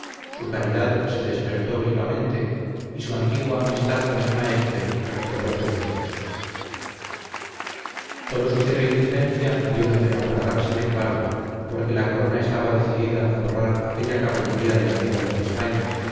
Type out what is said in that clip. su caridad se despertó vivamente y su antigua amistad con el maestre recobró sus derechos todo su celo y diligencia hubieron de naufragar sin embargo porque la corona estaba decidida a borrar aquella caballería de la tierra de españa